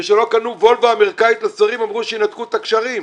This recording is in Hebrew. וכשלא קנו וולוו אמריקנית לשרים אמרו שינתקו את הקשרים.